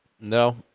no